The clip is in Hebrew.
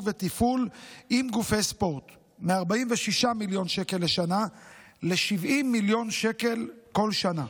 ותפעול עם גופי ספורט מ-46 מיליון שקל לשנה ל-70 מיליון שקל כל שנה,